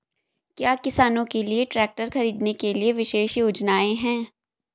क्या किसानों के लिए ट्रैक्टर खरीदने के लिए विशेष योजनाएं हैं?